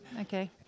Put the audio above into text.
okay